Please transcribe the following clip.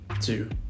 two